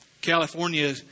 California